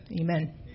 Amen